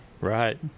Right